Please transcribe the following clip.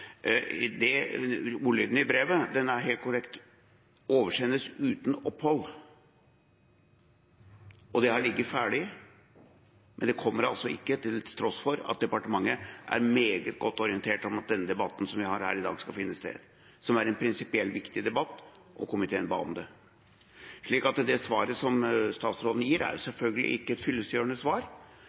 allerede sagt. Ordlyden i brevet er helt korrekt: oversendes uten opphold. Det har ligget ferdig, men det kommer altså ikke til tross for at departementet er meget godt orientert om at denne debatten, som vi har her i dag, skal finne sted. Det er en prinsipielt viktig debatt, og komiteen ba om det. Så det svaret som statsråden gir, er selvfølgelig ikke et fyllestgjørende svar.